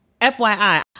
FYI